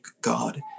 God